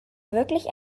wirklich